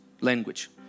language